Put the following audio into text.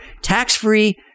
tax-free